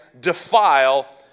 defile